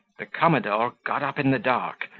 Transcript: the commodore got up in the dark,